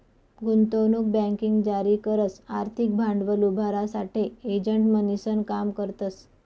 गुंतवणूक बँकिंग जारी करस आर्थिक भांडवल उभारासाठे एजंट म्हणीसन काम करतस